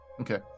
Okay